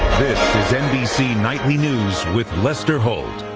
this is nbc nightly news with lester holt.